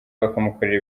bakamukorera